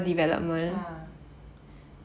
ah